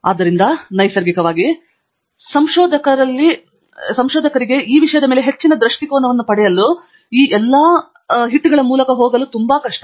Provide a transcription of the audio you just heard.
ಆದ್ದರಿಂದ ನೈಸರ್ಗಿಕವಾಗಿ ಸಂಶೋಧಕರಲ್ಲಿ ಒಬ್ಬ ಹರಿಕಾರನಿಗೆ ಈ ವಿಷಯದ ಮೇಲೆ ಹೆಚ್ಚಿನ ದೃಷ್ಟಿಕೋನವನ್ನು ಪಡೆಯಲು ಈ ಎಲ್ಲದರ ಮೂಲಕ ಹೋಗಲು ತುಂಬಾ ಕಷ್ಟ